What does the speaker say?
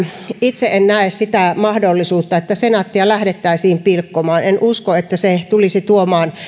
itse en näe sitä mahdollisuutta että senaattia lähdettäisiin pilkkomaan en usko että se tulisi tuomaan